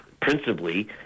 principally